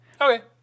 Okay